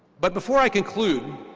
but before i conclude,